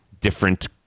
different